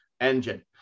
engine